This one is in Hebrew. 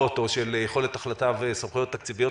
או של יכולת החלטה וסמכויות תקציביות.